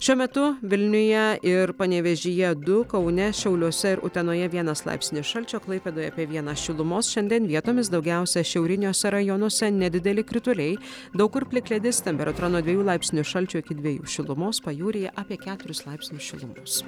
šiuo metu vilniuje ir panevėžyje du kaune šiauliuose ir utenoje vienas laipsnis šalčio klaipėdoje apie vieną šilumos šiandien vietomis daugiausiai šiauriniuose rajonuose nedideli krituliai daug kur plikledis temperatūra nuo dviejų laipsnių šalčio iki dviejų šilumos pajūryje apie keturis laipsnius šilumos